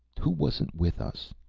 who wasn't with us?